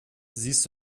siehst